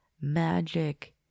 magic